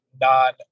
non